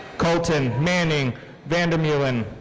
colten manning vandermeulen.